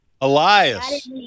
Elias